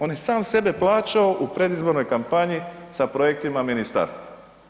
On je sam sebe plaćao u predizbornoj kampanji sa projektima ministarstva.